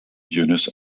eunice